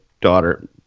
daughter